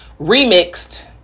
remixed